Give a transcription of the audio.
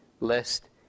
lest